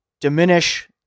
diminish